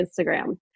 instagram